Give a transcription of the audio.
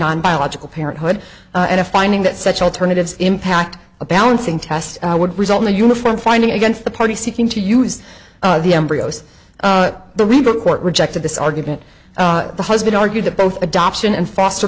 non biological parent hood and a finding that such alternatives impact a balancing test would result in a uniform finding against the party seeking to use the embryos the rebbe court rejected this argument the husband argued that both adoption and foster